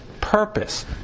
purpose